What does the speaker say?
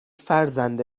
فرزند